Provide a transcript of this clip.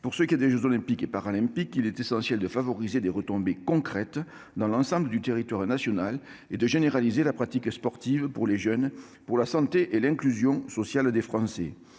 Pour ce qui est des jeux Olympiques et Paralympiques, il est essentiel de favoriser des retombées concrètes sur tout le territoire national et de généraliser la pratique sportive, pour les jeunes, pour la santé et l'inclusion sociale des Français.